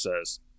says